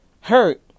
hurt